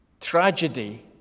tragedy